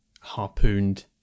harpooned